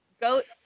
goats